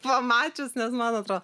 pamačius nes man atrodo